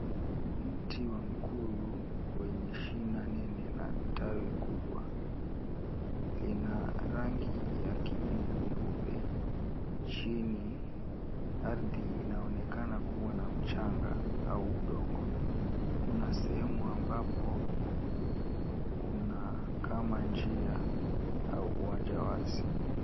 Mti wa mkuyu wenye shina nene na tawi kubwa, lina rangi ya kijivu nyeupe. Chini, ardhi inaonekana kuwa na mchanga au udongo. Kuna sehemu ambapo, kuna kama njia au uwanja wazi.